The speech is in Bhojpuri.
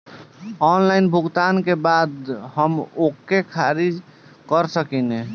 ऑनलाइन भुगतान करे के बाद हम ओके खारिज कर सकेनि?